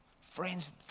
friends